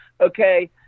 okay